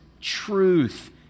truth